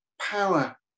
power